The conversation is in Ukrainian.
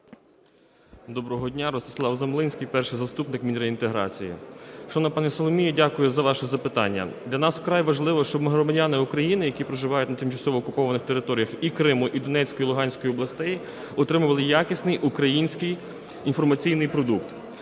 Доброго дня. Ростислав Замлинський, перший заступник міністра з питань євроінтеграції. Шановна пані Соломія, дякую за ваше запитання. Для нас вкрай важливо, щоб громадяни України, які проживають на тимчасово окупованих територіях Криму, Донецької і Луганської областей отримували якісний, український інформаційний продукт.